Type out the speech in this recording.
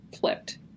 flipped